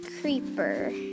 Creeper